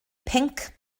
pinc